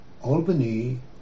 Albany